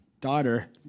daughter